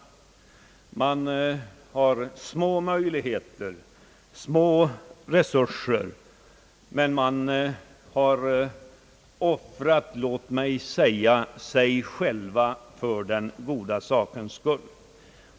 Man har små möjligheter och små resurser, men man har offrat, låt mig säga, sig själva för den goda sakens skull.